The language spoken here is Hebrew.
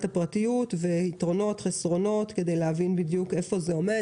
הפרטיות ויתרונות וחסרונות כדי להבין בדיוק איפה זה עומד.